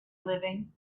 living